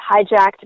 hijacked